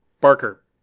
Barker